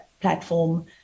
platform